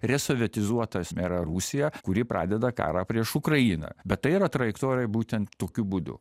resovietizuotą yra rusiją kuri pradeda karą prieš ukrainą bet tai yra trajektorija būtent tokiu būdu